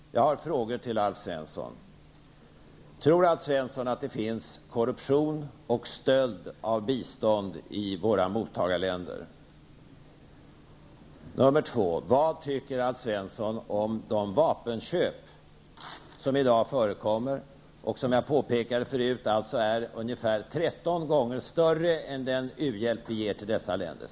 Jag har några frågor till Alf Svensson. Tror Alf Svensson att det förekommer korruption och stöld av biståndsmedel i våra mottagarländer? Vad tycker Alf Svensson om de vapenköp som i dag förekommer och, som jag påpekade tidigare, är 13 gånger större än den u-hjälp som vi ger till dessa länder?